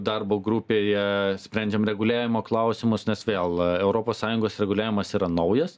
darbo grupėje sprendžiam reguliavimo klausimus nes vėl europos sąjungos reguliavimas yra naujas